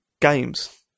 games